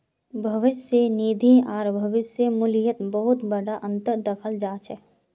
भविष्य निधि आर भविष्य मूल्यत बहुत बडा अनतर दखाल जा छ